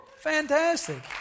fantastic